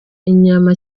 inyama